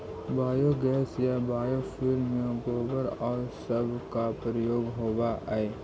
biogas या biofuel में गोबर आउ सब के प्रयोग होवऽ हई